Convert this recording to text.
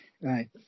Right